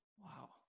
wow